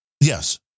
Yes